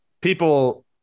People